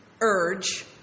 urge